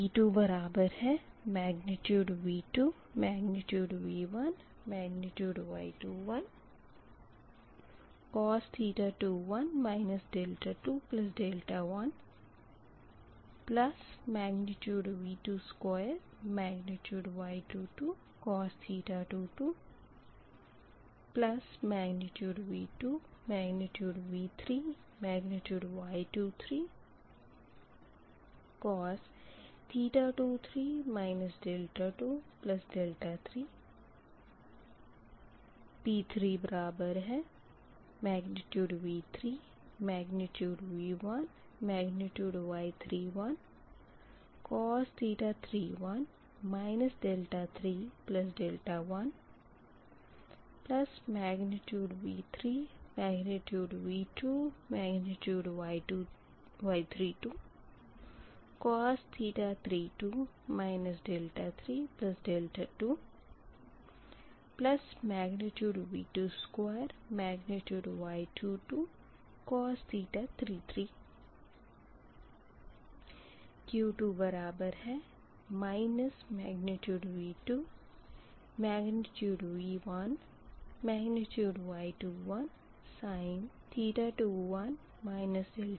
dp2d2V2V1Y21sin 21 21V2V3Y23sin 23 23 dp2d3 V3V2Y32sin 32 32 dp3d3V3V1Y31sin 31 31V3V2Y23sin 32 32 dp3d2 V3V2Y32sin 32 32 dQ2dV2 V1Y21sin 21 21 2V2Y23sin 22 V3Y23sin 23 23 dQ2dV3 V2Y23sin 23 23 अब dp2d2 लेंगे यह बराबर है V2V1Y21sin 21 21 जमा V2V3Y23sin 23 23